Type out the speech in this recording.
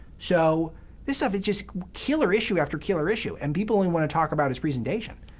so this stuff, just killer issue after killer issue. and people only want to talk about his presentation,